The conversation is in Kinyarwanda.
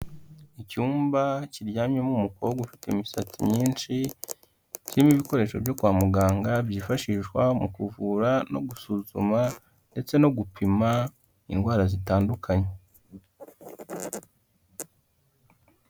Icyumba kiryamyemo umukobwa ufite imisatsi myinshi, kirimo ibikoresho byo kwa muganga byifashishwa mu kuvura no gusuzuma ndetse no gupima indwara zitandukanye.